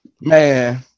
man